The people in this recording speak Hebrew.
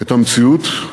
את המציאות,